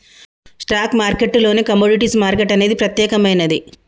stock మార్కెట్టులోనే commodities market అనేది ప్రత్యేకమైనది